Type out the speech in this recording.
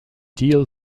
deal